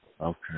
Okay